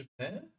Japan